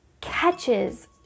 catches